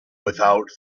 without